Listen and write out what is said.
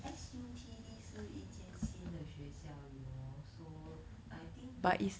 S_U_T_D 是一件新的学校 you know so I think don't have